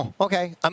Okay